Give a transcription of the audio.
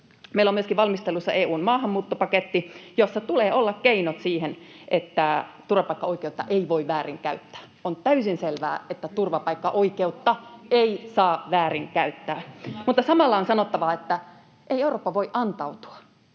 Meillä on myöskin valmistelussa EU:n maahanmuuttopaketti, jossa tulee olla keinot siihen, että turvapaikkaoikeutta ei voi väärinkäyttää. On täysin selvää, että turvapaikkaoikeutta ei saa väärinkäyttää, mutta samalla on sanottava, että ei Eurooppa voi antautua.